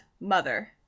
mother